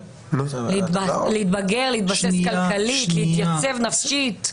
להתבגר, להתבסס כלכלית, להתייצב נפשית.